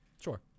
Sure